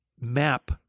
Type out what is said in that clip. map